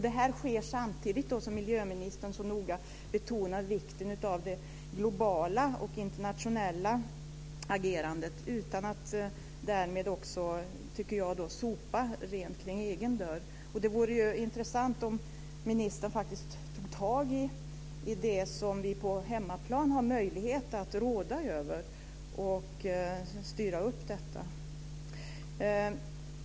Detta sker samtidigt som miljöministern så noga betonar vikten av det globala och internationella agerandet utan att, som jag tycker, samtidigt sopa rent för egen dörr. Det vore intressant om ministern faktiskt ville ta tag i det som vi har möjlighet att råda över på hemmaplan.